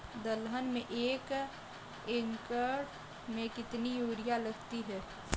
दलहन में एक एकण में कितनी यूरिया लगती है?